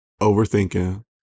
overthinking